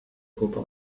gruppe